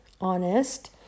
honest